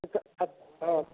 ହଁ